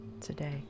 today